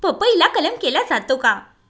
पपईला कलम केला जातो का?